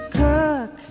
cook